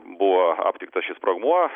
buvo aptiktas šis sprogmuo